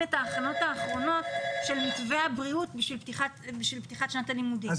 את ההכנות האחרונות של מתווה הבריאות בשביל פתיחת שנת הלימודים,